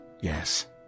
Yes